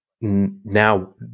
now